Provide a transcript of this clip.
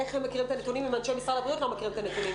איך הם מכירים את הנתונים אם אנשי משרד הבריאות לא מכירים את הנתונים